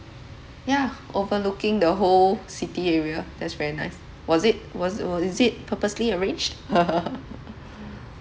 yeah overlooking the whole city area that's very nice was it was wa~ is it purposely arranged